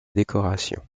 décoration